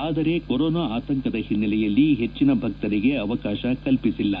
ಆದರೆ ಕೊರೊನಾ ಆತಂಕದ ಹಿನ್ನೆಲೆಯಲ್ಲಿ ಹೆಚ್ಚಿನ ಭಕ್ತರಿಗೆ ಅವಕಾಶ ಕಲ್ಪಿಸಿಲ್ಲ